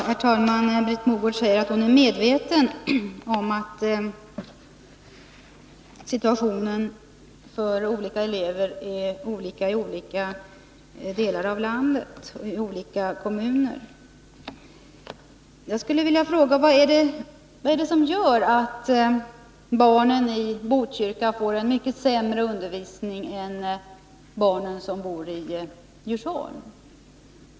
Herr talman! Britt Mogård säger att hon är medveten om att elevsituationen är olika i olika delar av landet och i olika kommuner. Jag skulle vilja fråga: Vad är det som gör att barnen i Botkyrka får en mycket sämre undervisning än barnen i Djursholm?